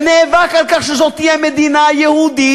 ונאבק על כך שזו תהיה מדינה יהודית,